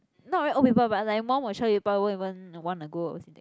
not really old people but like more mature people won't even wanna go